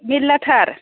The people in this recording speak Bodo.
मेरलाथार